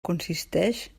consisteix